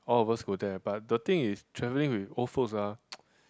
all of us go there but the thing is travelling with old folks ah